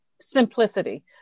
Simplicity